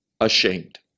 ashamed